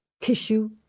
tissue